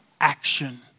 action